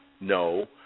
no